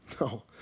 no